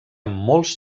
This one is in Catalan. molts